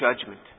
judgment